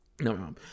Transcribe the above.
No